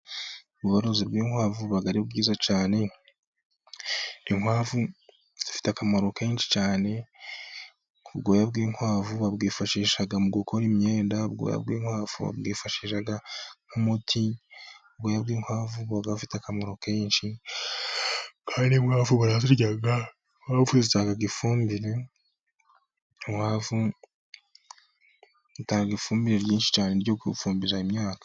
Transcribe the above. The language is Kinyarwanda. Ubworozi bw'inkwavu buba ari bwiza cyane, inkwamvu zifite akamaro kenshi cyane, ubwoya bw'inkwavu babwifashisha mu gukora imyenda, ubwoya bw'inkwavu babwifashisha nk'umuti, ubwoya bw'inkwavu buba bufite akamaro kenshi, Kandi inkwamvu barazirya, inkwamvu zitanga ifumbire, zitanga ifumbire ryinshi cyane, ryo gufumbira imyaka.